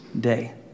day